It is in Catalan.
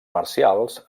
marcials